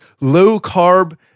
low-carb